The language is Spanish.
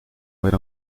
ver